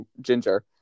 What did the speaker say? ginger